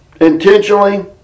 intentionally